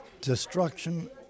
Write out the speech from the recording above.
destruction